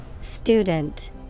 Student